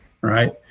right